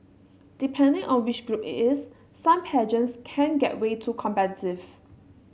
depending on which group it is some pageants can get way too competitive